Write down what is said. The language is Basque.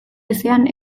ezean